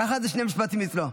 ככה זה שני משפטים אצלו.